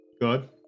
good